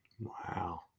wow